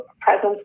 presence